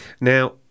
Now